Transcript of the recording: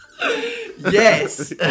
Yes